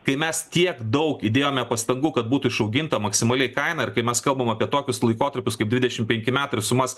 kai mes tiek daug įdėjome pastangų kad būtų išauginta maksimali kaina ir kai mes kalbam apie tokius laikotarpius kaip dvidešim penki metų ir sumas